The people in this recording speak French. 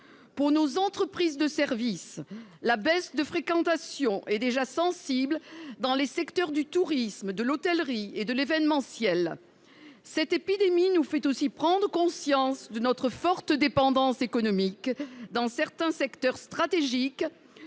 Pour nos entreprises de services, la baisse de fréquentation est déjà sensible dans les secteurs du tourisme, de l'hôtellerie et de l'événementiel. Cette épidémie nous fait aussi prendre conscience de notre forte dépendance économique dans certains secteurs stratégiques,